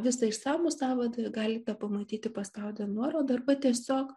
visą išsamų sąvadą galite pamatyti paspaudę nuorodą arba tiesiog